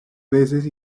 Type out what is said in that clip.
veces